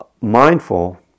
mindful